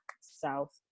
South